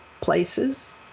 places